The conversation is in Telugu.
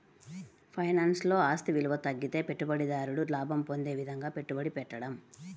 ఫైనాన్స్లో, ఆస్తి విలువ తగ్గితే పెట్టుబడిదారుడు లాభం పొందే విధంగా పెట్టుబడి పెట్టడం